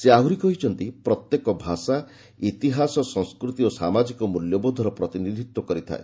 ସେ ଆହୁରି କହିଛନ୍ତି ପ୍ରତ୍ୟେକ ଭାଷା ଇତିହାସ ସଂସ୍କୃତି ଓ ସାମାଜିକ ମୂଲ୍ୟବୋଧର ପ୍ରତିନିଧିତ୍ୱ କରିଥାଏ